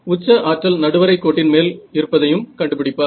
உச்ச ஆற்றல் நடுவரை கோட்டின் மேல் இருப்பதையும் கண்டுபிடிப்பார்